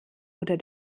oder